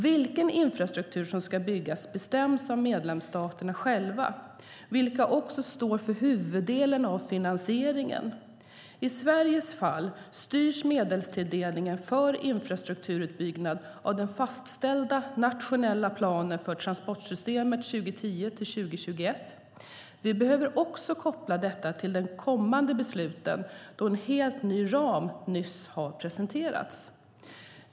Vilken infrastruktur som ska byggas bestäms av medlemsstaterna själva, vilka också står för huvuddelen av finansieringen. I Sveriges fall styrs medelstilldelningen för infrastrukturutbyggnad av den fastställda nationella planen för transportsystemet 2010-2021. Vi behöver också koppla detta till de kommande besluten, då en helt ny ram nyss presenterats.